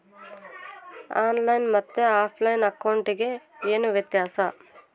On line ಮತ್ತೆ offline ಅಕೌಂಟಿಗೆ ಏನು ವ್ಯತ್ಯಾಸ?